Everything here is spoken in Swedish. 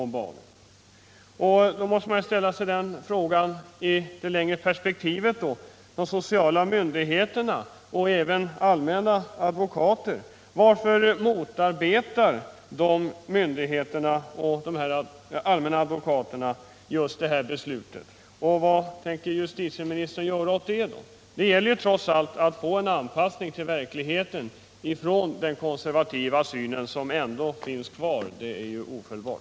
Man måste då ställa frågan i ett längre perspektiv: Varför motarbetar de sociala myndigheterna och även de allmänna advokaterna just det här beslutet? Och vad tänker justitieministern göra åt det? Det gäller trots allt att få en anpassning till verkligheten från den konservativa syn som otvivelaktigt finns kvar.